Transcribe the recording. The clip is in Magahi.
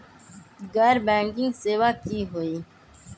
गैर बैंकिंग सेवा की होई?